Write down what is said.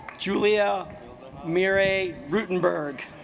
julia mirre ruttenberg